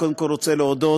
אני רוצה להודות